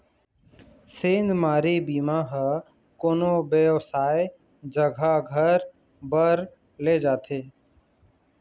सेधमारी बीमा ह कोनो बेवसाय जघा घर बर ले जाथे